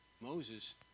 Moses